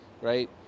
right